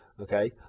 okay